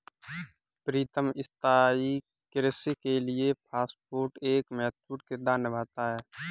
प्रीतम स्थाई कृषि के लिए फास्फेट एक महत्वपूर्ण किरदार निभाता है